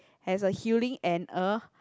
has a healing and a